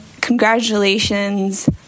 Congratulations